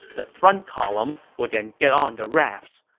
the front column will then get on the rafts.